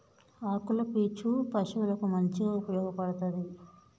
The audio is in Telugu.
ఆకుల పీచు పశువులకు మంచిగా ఉపయోగపడ్తది